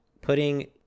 putting